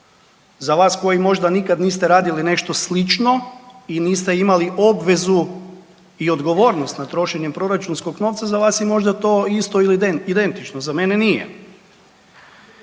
Za vas koji možda nikad niste radili ništa slično i niste imali obvezu i odgovornost nad trošenjem proračunskog novca, za vas je možda to isto ili identično, za mene nije.